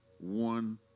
one